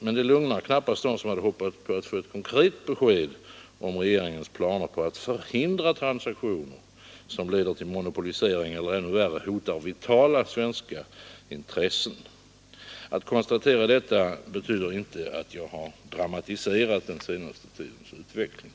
Men det lugnar knappast dem som hade hoppats få ett konkret besked om regeringens planer på att förhindra transaktioner som leder till monopolisering eller — ännu värre — hotar vitala svenska intressen. Att jag konstaterar detta betyder inte att jag dramatiserar den senaste tidens utveckling.